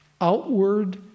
outward